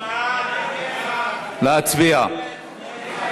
הצעת סיעת העבודה להביע אי-אמון